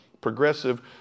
Progressive